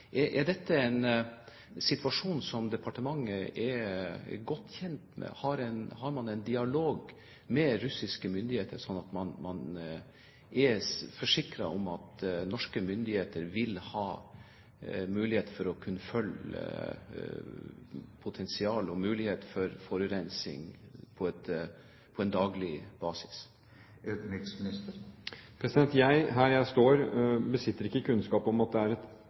målinger. Er dette en situasjon som departementet er godt kjent med? Har man en dialog med russiske myndigheter sånn at man er forsikret om at norske myndigheter vil ha mulighet til å kunne følge potensiell forurensing på en daglig basis? Jeg, her jeg står, besitter ikke kunnskap om at det er et